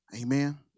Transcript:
Amen